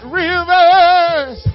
rivers